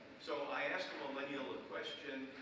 so i asked a millennial a question.